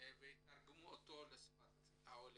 ויתרגמו אותו לשפות.